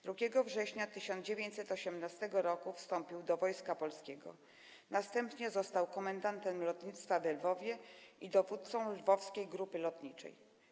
2 września 1918 r. wstąpił do Wojska Polskiego, następnie został komendantem lotniska we Lwowie i dowódcą Lwowskiej Grupy Lotniczej.